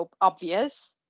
obvious